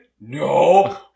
No